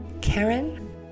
Karen